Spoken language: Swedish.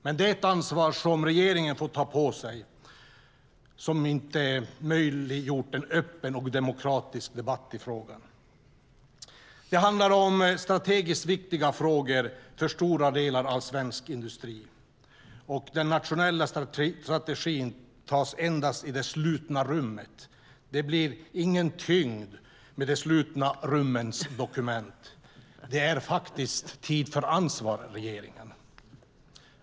Det är ett ansvar som regeringen får ta på sig som inte har möjliggjort en öppen och demokratisk debatt i frågan. Det handlar om strategiskt viktiga frågor för stora delar av svensk industri, och den nationella strategin tas endast i det slutna rummet. Det blir ingen tyngd med de slutna rummens dokument. Det är faktiskt tid för ansvar, regeringen!